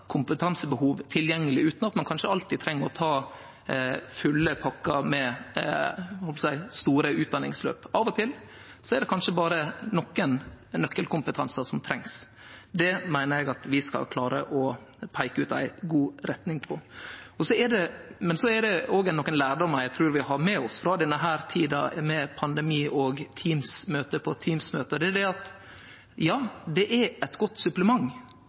kanskje alltid treng å ta den fulle pakka med store utdanningsløp. Av og til er det kanskje berre nokre nøkkelkompetansar som trengst. Det meiner eg at vi skal klare å peike ut ei god retning på. Så er det nokre lærdomar eg trur vi har med oss frå denne tida med pandemi og Teams-møte på Teams-møte. Det er at ja, det er eit godt supplement